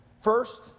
First